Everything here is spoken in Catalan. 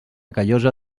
callosa